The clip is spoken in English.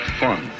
fun